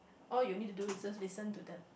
all you need to do is just listen to them